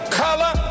color